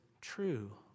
true